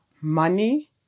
money